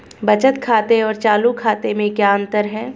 बचत खाते और चालू खाते में क्या अंतर है?